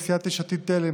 סיעת יש עתיד-תל"ם,